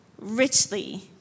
richly